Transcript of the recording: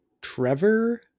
Trevor